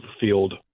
field